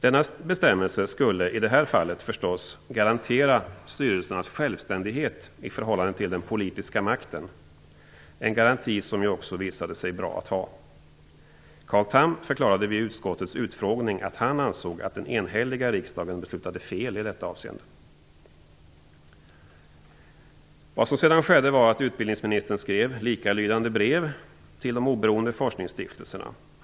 Denna bestämmelse skulle förstås i det här fallet garantera styrelsernas självständighet i förhållande till den politiska makten, en garanti som ju också visade sig vara bra att ha. Carl Tham förklarade vid utskottets utfrågning att han ansåg att den enhälliga riksdagen hade fattat ett felaktigt beslut i detta avseende. Vad som sedan skedde var att utbildningsministern skrev likalydande brev till de oberoende forskningsstiftelserna.